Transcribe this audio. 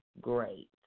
great